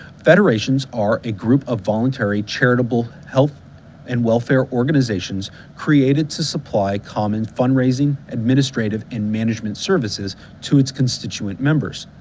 federations are a group of voluntary charitable human health and welfare organizations created to supply common fundraising, administrative, and management services to its constituent members.